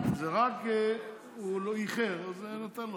הוא איחר, אני נותן לו.